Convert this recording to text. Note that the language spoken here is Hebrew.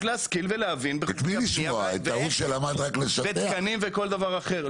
להשכיל ולהבין בחוקי הבנייה ובתקנים וכל דבר אחר.